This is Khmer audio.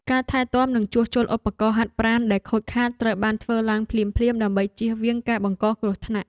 ការថែទាំនិងជួសជុលឧបករណ៍ហាត់ប្រាណដែលខូចខាតត្រូវបានធ្វើឡើងភ្លាមៗដើម្បីជៀសវាងការបង្កគ្រោះថ្នាក់។